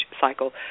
cycle